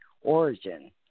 origin